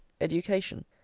education